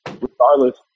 regardless